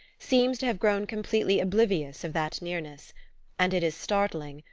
seems to have grown completely oblivious of that nearness and it is startling,